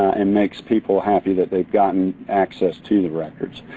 and makes people happy that they've gotten access to the records.